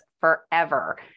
forever